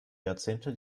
jahrzehnte